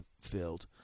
filled